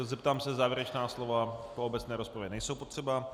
Zeptám se, závěrečná slova v obecné rozpravě nejsou potřeba.